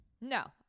No